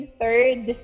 third